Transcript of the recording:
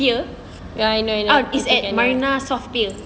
ya ya